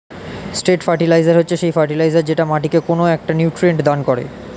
straight fertiliser হচ্ছে সেই fertiliser যেটা মাটিকে কোনো একটা নিউট্রিয়েন্ট দান করে